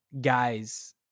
guys